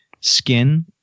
skin